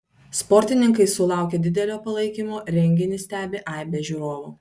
sportininkai sulaukia didelio palaikymo renginį stebi aibė žiūrovų